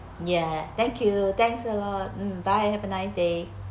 ya thank you thanks a lot mm bye have a nice day